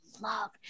love